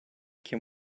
can